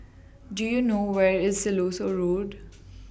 Do YOU know Where IS Siloso Road